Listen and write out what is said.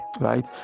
right